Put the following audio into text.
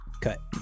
cut